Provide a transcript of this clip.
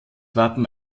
wappen